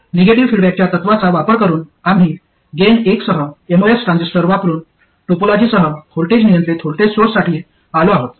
negative फीडबॅकच्या तत्त्वांचा वापर करून आम्ही गेन एकसह एमओएस ट्रान्झिस्टर वापरुन टोपोलॉजीसह व्होल्टेज नियंत्रित व्होल्टेज सोर्ससाठी आलो आहोत